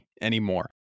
anymore